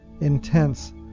intense